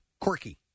Quirky